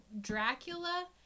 Dracula